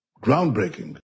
groundbreaking